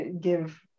give